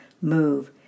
move